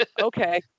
Okay